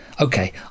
Okay